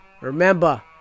remember